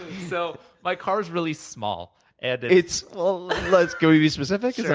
so my car's really small and it's ah ah it's can we be specific? sure.